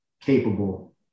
capable